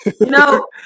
No